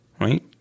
right